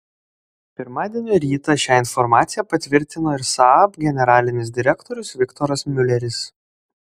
pirmadienio rytą šią informaciją patvirtino ir saab generalinis direktorius viktoras miuleris